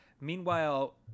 Meanwhile